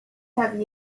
have